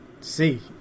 see